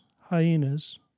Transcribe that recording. hyenas